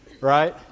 right